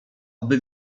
aby